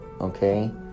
okay